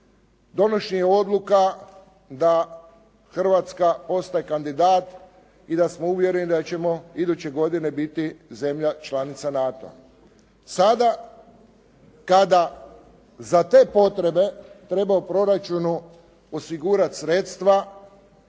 donošenje odluka da Hrvatska postaje kandidat i da smo uvjereni da ćemo iduće godine biti zemlja članica NATO-a. Sada kada za te potrebe treba u proračunu osigurati sredstva